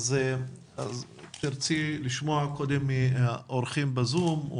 תרצי לשמוע קודם אורחים ב-זום?